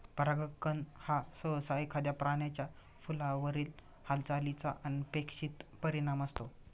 परागकण हा सहसा एखाद्या प्राण्याचा फुलावरील हालचालीचा अनपेक्षित परिणाम असतो